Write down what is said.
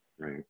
Right